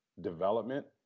development